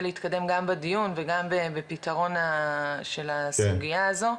להתקדם גם בדיון וגם בפתרון של הסוגיה הזו.